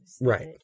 Right